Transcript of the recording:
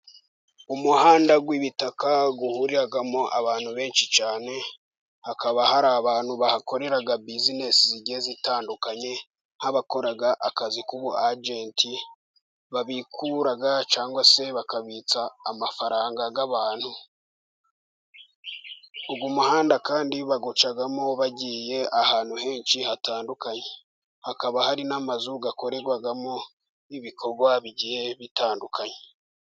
Umuhanda w'ibitaka, uriramo n'bantu benshi cyane, hakaba hari abantu bahakorera bizinzinesi zigiye zitandukanye, nk'abakora akazi k'ubu ajenti babikura cyangwa se bakabitsa amafaranga y'abantu. Uyu umuhanda kandi bawucamo bagiye ahantu henshi hatandukanye. Hakaba hari n'amazu akorerwamo ibikorwa bigiye bitandukanye.